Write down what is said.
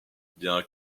bien